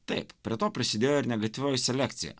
taip prie to prisidėjo ir negatyvioji selekcija